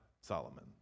Solomon